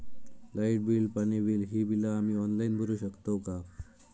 Light bill, पाणी bill, ही बिला आम्ही ऑनलाइन भरू शकतय का?